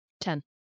Ten